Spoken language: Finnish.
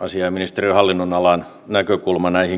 sisäministeriön hallinnonalan näkökulman näihin kysymyksiin